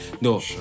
no